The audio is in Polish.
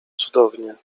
cudownie